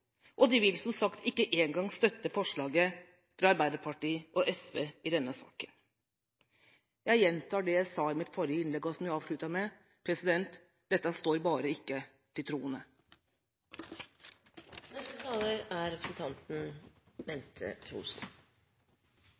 Og de vil som sagt ikke engang støtte forslaget fra Arbeiderpartiet og SV i denne saken. Jeg gjentar det jeg sa i mitt forrige innlegg, og som jeg avsluttet med: «Det står bare ikke til troende.» Dette er